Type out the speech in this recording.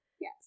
yes